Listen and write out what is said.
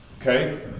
Okay